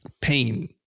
pain